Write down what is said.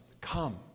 Come